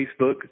Facebook